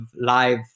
live